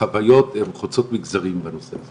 החוויות הן חוצות מגזרים בנושא הזה